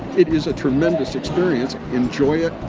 it is a tremendous experience. enjoy it.